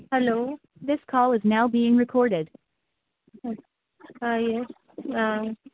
hello